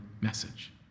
message